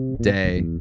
Day